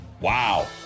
Wow